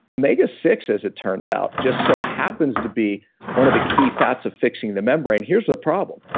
omega six, as it turns out, just so happens to be one of the key fats of fixing the membrane. here's the problem.